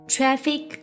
Traffic